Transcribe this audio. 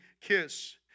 kiss